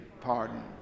pardon